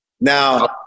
Now